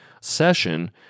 session